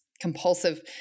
compulsive